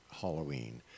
Halloween